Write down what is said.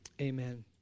amen